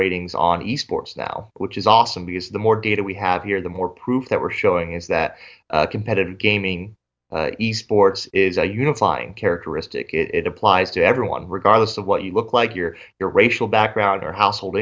ratings on e sports now which is awesome because the more data we have here the more proof that we're showing is that competitive gaming e sports is a unifying characteristic it applies to everyone regardless of what you look like your your racial background your household